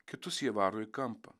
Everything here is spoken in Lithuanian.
kitus jie varo į kampą